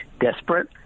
desperate